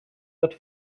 wird